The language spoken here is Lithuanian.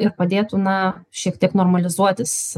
ir padėtų na šiek tiek normalizuotis